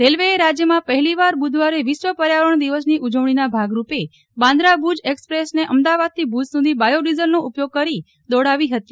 રેલવેએ રાજ્યમાં પહેલીવાર બુધવારે વિશ્વ પર્યાવરણ દિવસની ઉજવણીના ભાગરૂપે બાંક્રા ભુજ એક્સપ્રેસને અમદાવાદથી ભુજ સુધી બાયોડીઝલનો ઉપયોગ કરી દોડાવી ફતી